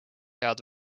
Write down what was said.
head